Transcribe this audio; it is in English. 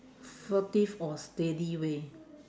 furtive or steady way